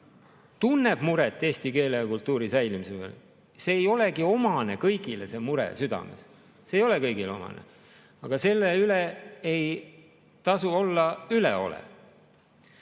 tunneb muret eesti keele ja kultuuri säilimise pärast. See ei olegi omane kõigile, see mure südames. See ei ole kõigile omane, aga selle suhtes ei tasu olla üleolev.